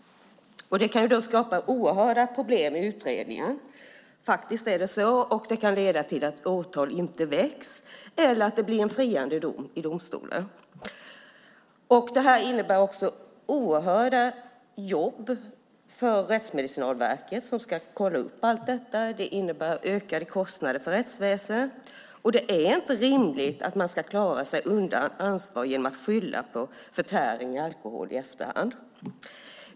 Det kan då skapa oerhörda problem i utredningen, att åtal inte väcks eller att det blir en friande dom i domstolen. Det innebär också oerhört mycket jobb för Rättsmedicinalverket som ska kolla upp allt detta. Det innebär ökade kostnader för rättsväsendet. Det är inte rimligt att man ska klara sig undan ansvar genom att skylla på förtäring av alkohol i efterhand.